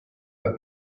the